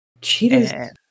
Cheetahs